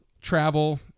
travel